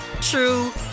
true